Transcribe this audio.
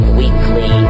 weekly